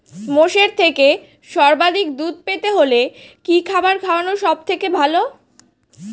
মোষের থেকে সর্বাধিক দুধ পেতে হলে কি খাবার খাওয়ানো সবথেকে ভালো?